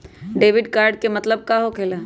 Debit card के का मतलब होकेला?